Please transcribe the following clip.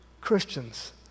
Christians